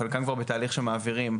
חלקם כבר בתהליך שמעבירים